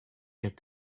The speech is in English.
get